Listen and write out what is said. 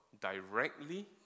directly